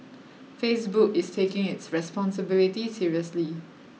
Facebook is taking its responsibility seriously